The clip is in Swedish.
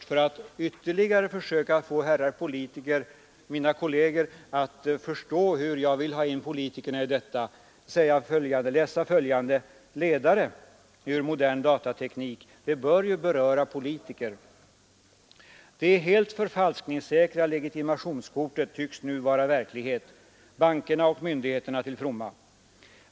För att ytterligare försöka få mina politiska kolleger att förstå varför jag vill engagera dem i detta vill jag först citera följande ur en ledare i Modern Datateknik; det bör ju beröra politiker: ”Det helt förfalskningssäkra legitimationskortet tycks nu vara verklighet, bankerna och myndigheterna till fromma.